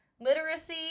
literacy